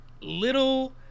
little